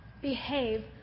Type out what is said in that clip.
behave